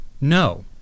no